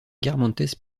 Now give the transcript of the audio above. guermantes